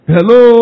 Hello